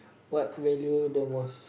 what value the most